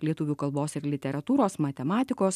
lietuvių kalbos ir literatūros matematikos